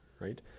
right